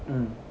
mm